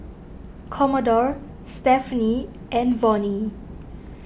Commodore Stephaine and Vonnie